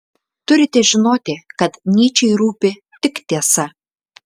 turite žinoti kad nyčei rūpi tik tiesa